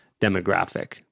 demographic